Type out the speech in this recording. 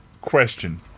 Question